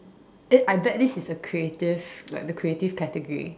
uh I bet this is a creative like the creative category